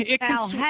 Al